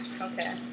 Okay